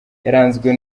yaranzwe